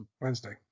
Wednesday